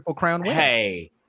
hey